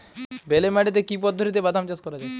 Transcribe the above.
বেলে মাটিতে কি পদ্ধতিতে বাদাম চাষ করা যায়?